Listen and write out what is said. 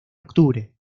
octubre